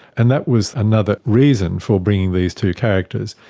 and that was another reason for bringing these two characters.